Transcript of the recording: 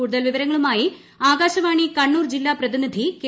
കൂടുതൽ വിവരങ്ങളുമായി ആകാശവാണി കണ്ണൂർ ജില്ലാ പ്രതിനിധി കെ